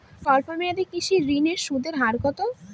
স্বল্প মেয়াদী কৃষি ঋণের সুদের হার কত?